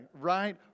right